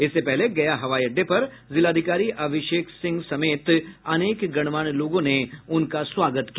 इससे पहले गया हवाई अड्डे पर जिलाधिकारी अभिषेक सिंह समेत अनेक गणमान्य लोगों ने उनका स्वागत किया